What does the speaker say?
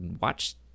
watch